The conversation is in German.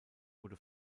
wurde